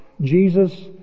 Jesus